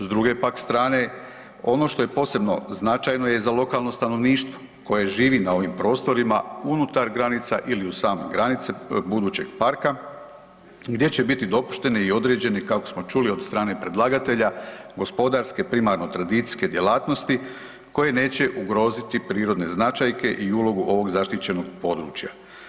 S druge pak strane, ono što je posebno značajno je za lokalno stanovništvo koje živi na ovim prostorima unutar granica ili uz samu granicu budućeg parka gdje će biti dopušteni i određeni kako smo čuli od strane predlagatelja, gospodarske, primarno tradicijske djelatnosti koje neće ugroziti prirodne značajke i ulogu ovog zaštićenog područja.